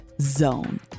.zone